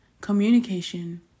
Communication